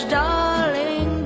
darling